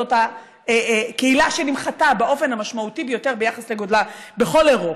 זאת הקהילה שנמחקה באופן המשמעותי ביותר ביחס לגודלה בכל אירופה.